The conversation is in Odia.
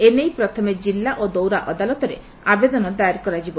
ଏ ନେଇ ପ୍ରଥମେ ଜିଲ୍ଲା ଓ ଦୌରା ଅଦାଲତରେ ଆବେଦନ ଦାଏର କରାଯିବ